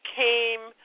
came